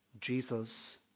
Jesus